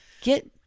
Get